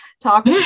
talk